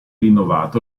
rinnovato